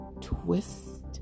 twist